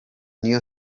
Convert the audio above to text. new